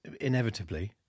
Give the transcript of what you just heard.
inevitably